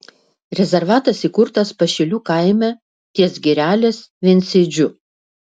rezervatas įkurtas pašilių kaime ties girelės viensėdžiu